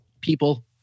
people